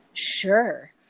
Sure